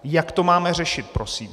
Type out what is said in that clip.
Jak to máme řešit, prosím?